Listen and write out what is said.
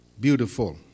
Beautiful